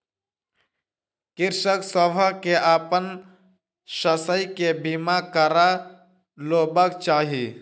कृषक सभ के अपन शस्य के बीमा करा लेबाक चाही